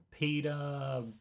Peter